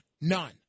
None